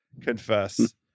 confess